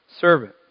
servant